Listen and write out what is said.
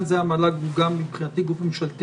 זה המל"ג הוא גם מבחינתי גוף ממשלתי,